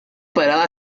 parada